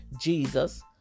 Jesus